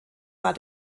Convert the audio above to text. war